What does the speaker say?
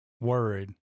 worried